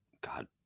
God